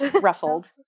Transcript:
ruffled